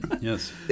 Yes